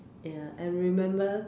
ya and remember